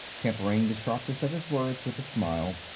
tempering the sharpness of his words with a smile.